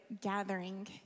gathering